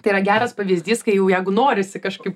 tai yra geras pavyzdys kai jau jeigu norisi kažkaip